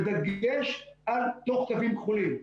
בדגש על תוך קווים כחולים.